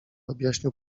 objaśnił